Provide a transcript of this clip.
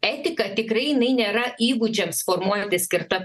etika tikrai jinai nėra įgūdžiams formuoti skirta